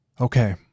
Okay